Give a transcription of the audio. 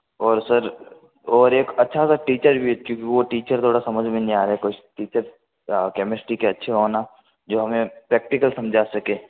और सर और एक अच्छा सा टीचर भी अच्छी कि वो थोड़ा समझ में नहीं आ रहे हैं कुछ टीचर कैमिस्ट्री के अच्छे हो ना जो हमे प्रैक्टिकल समझा सके